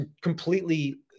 completely